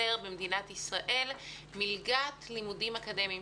במדינת ישראל מלגת לימודים אקדמיים.